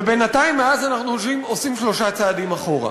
ובינתיים מאז אנחנו עושים שלושה צעדים אחורה,